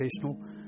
professional